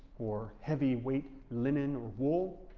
or heavyweight linen or wool.